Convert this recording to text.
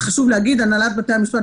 וחשוב להגיד הנהלת בתי המשפט,